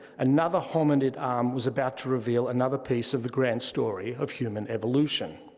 another hominid arm was about to reveal another piece of the grand story of human evolution.